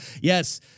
Yes